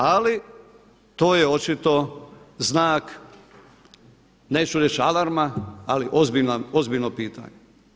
Ali to je očito znak, neću reći alarma ali ozbiljno pitanje.